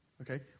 Okay